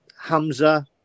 Hamza